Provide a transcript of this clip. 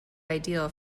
ideal